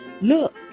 Look